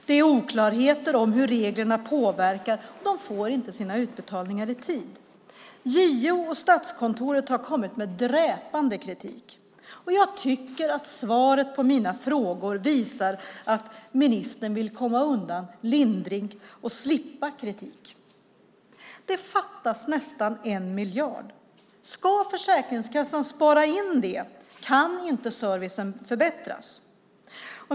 Det råder oklarheter om hur reglerna påverkar, och de får inte sina utbetalningar i tid. JO och Statskontoret har kommit med dräpande kritik. Jag tycker att svaret på mina frågor visar att ministern vill komma undan lindrigt och slippa kritik. Det fattas nästan 1 miljard. Ska Försäkringskassan spara in det kan inte servicen förbättras.